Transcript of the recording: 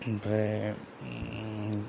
ओमफ्राय